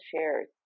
shares